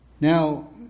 Now